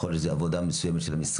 יכול להיות שזוהי עבודה מסוימת של המשרד,